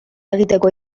egiteko